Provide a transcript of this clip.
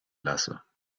lasse